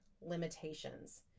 limitations